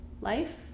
life